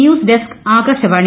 news desk Akashvani